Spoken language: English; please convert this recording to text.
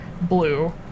blue